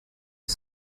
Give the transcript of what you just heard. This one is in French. six